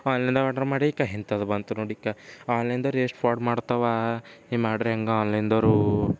ಆನ್ಲೈನ್ದಾಗೆ order ಮಾಡಿ ಇಕ್ಕ ಇಂಥದ್ದು ಬಂತು ನೋಡಿಕ್ಕ ಆನ್ಲೈನ್ದವ್ರು ಎಷ್ಟು ಫಾಡ್ ಮಾಡ್ತಾವ ಹೀಗೆ ಮಾಡಿದ್ರೆ ಹೇಗೆ ಆನ್ಲೈನ್ದವರು